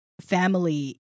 family